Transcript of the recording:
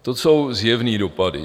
To jsou zjevné dopady.